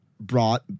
brought